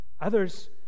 Others